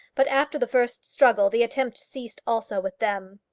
but after the first struggle the attempt ceased also with them.